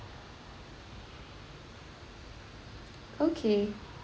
okay